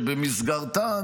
ובמסגרתן,